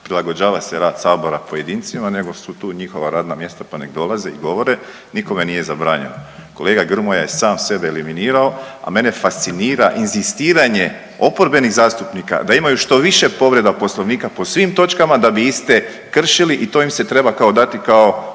prilagođava se rad sabora pojedincima nego su tu njihova radna mjesta pa nek dolaze i govore. Nikome nije zabranjeno. Kolega Grmoja je sam sebe eliminirao, a mene fascinira inzistiranje oporbenih zastupnika da imaju što više povreda Poslovnika po svim točkama da bi iste kršili i to im se treba kao dati kao